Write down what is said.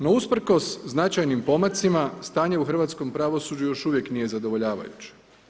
No usprkos značajnim pomacima stanje u Hrvatskom pravosuđu još uvijek nije zadovoljavajuće.